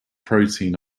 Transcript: protein